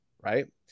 right